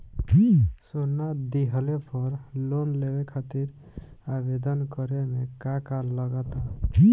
सोना दिहले पर लोन लेवे खातिर आवेदन करे म का का लगा तऽ?